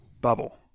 bubble